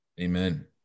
Amen